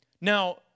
Now